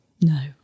No